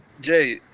Jay